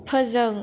फोजों